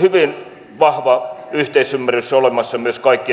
hyvin vahva yhteisymmärrys olemassa myös kaikkien asiantuntijoitten keskuudessa